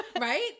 Right